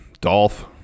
Dolph